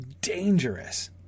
Dangerous